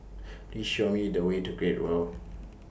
Please Show Me The Way to Great World